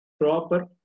proper